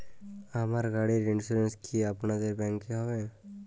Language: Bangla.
আমার গাড়ির ইন্সুরেন্স কি আপনাদের ব্যাংক এ হবে?